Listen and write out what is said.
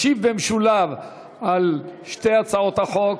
ישיב במשולב על שתי הצעות החוק